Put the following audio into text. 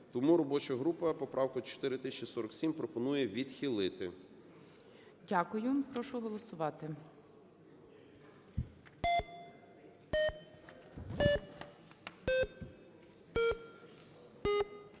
Тому робоча група поправку 4047 пропонує відхилити. ГОЛОВУЮЧИЙ. Дякую. Прошу голосувати.